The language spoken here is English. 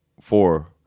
four